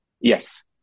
Yes